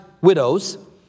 Widows